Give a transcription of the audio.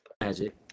Magic